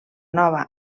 nova